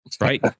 right